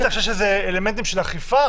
בטח כשיש לזה אלמנטים של אכיפה,